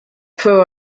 pro